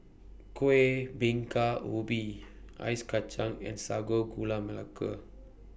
Kuih Bingka Ubi Ice Kacang and Sago Gula Melaka